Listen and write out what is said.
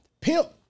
Pimp